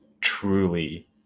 Truly